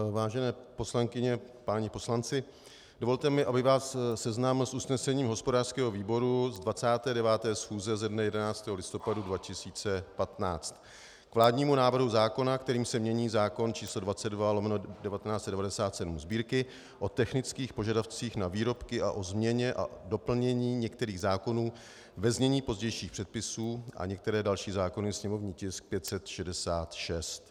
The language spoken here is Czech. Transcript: Vážené poslankyně, páni poslanci, dovolte mi, abych vás seznámil s usnesením hospodářského výboru z 29. schůze ze dne 11. listopadu 2015 k vládnímu návrhu zákona, kterým se mění zákon č. 22/1997 Sb., o technických požadavcích na výrobky a o změně a doplnění některých zákonů, ve znění pozdějších předpisů, a některé další zákony, sněmovní tisk 566.